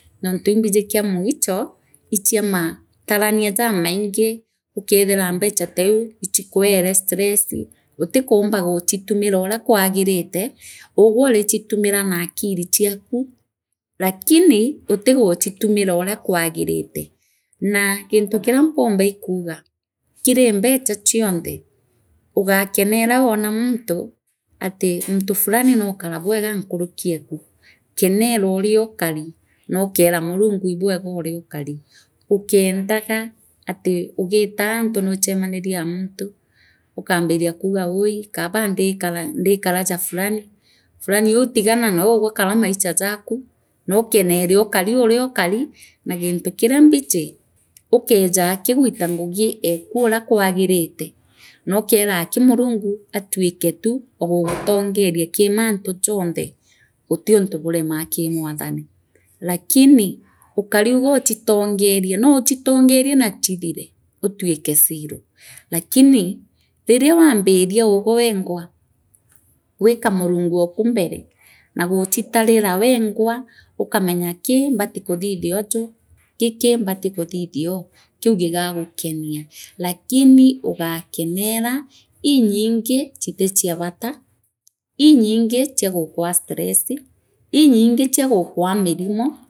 Nontu imbiji kia mwicho ichia matarania jamaingi ukethire mbecha taiu ichikuene stress uitikumba guchitumirira uria kwaagirite uugwe urichimira naakili chiaku lakini utiguchitumira uria kwaagirite naa gintu kiria mpumba kuuga kiri mbecha chionthe ugakennera waora muntia ati ugiitaa antu nuuchemanirie raa muntu ukaambiria kauga wui Kaaba ndikara ndikara jaa Fulani Fulani uu tigananwe ugwe kara maicha jaaku nookorore ukari uriohari na gintu kiria mbiji ukenja aki gwita ngugi eeku uria kwagirite nookaraki murungu atwika tu ogugutangoria kii mantu jonthe utiunthi buremaa kiimwathani lakini ukaniuga uchii to ngerie noouchitengorie na chithire utwika sira lakini riria waambiria ugwe wengwa gwikaa murungu oku mbere naa guchitarira wengwa likamenya kii mbati kuthithioja giki mbati kuthithioo kiu gigagukenia lakini uga koneera inyingi chiti chia bataa inyingi cha gakwaa stress inyingi chia gukwa mirimo.